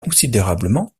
considérablement